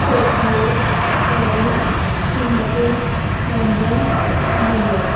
Tokyo Paris Singapore London New York